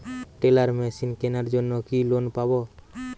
Teller machine কেনার জন্য কি লোন পাব?